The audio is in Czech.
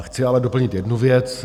Chci ale doplnit jednu věc.